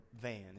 van